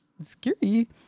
Scary